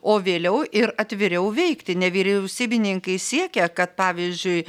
o vėliau ir atviriau veikti nevyriausybininkai siekia kad pavyzdžiui